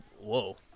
Whoa